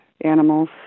animals